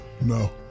No